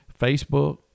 Facebook